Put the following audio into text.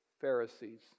Pharisees